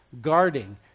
guarding